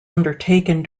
undertaken